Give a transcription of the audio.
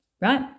Right